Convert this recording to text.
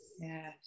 yes